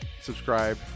subscribe